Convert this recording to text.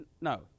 No